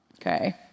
okay